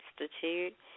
Institute